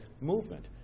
movement